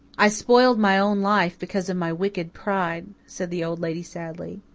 i spoiled my own life because of my wicked pride, said the old lady sadly.